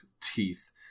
teeth